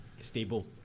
stable